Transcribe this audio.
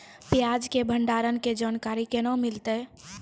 प्याज के भंडारण के जानकारी केना मिलतै?